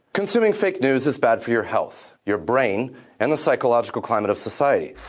consuming fake news is bad for your health, your brain and the psychological climate of society